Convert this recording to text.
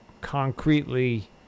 concretely